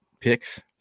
picks